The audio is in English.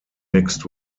mixed